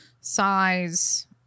size